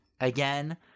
again